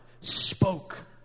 spoke